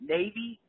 Navy